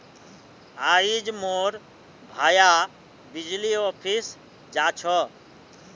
आइज मोर भाया बिजली ऑफिस जा छ